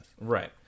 Right